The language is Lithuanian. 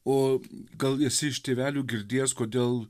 o gal esi iš tėvelių girdėjęs kodėl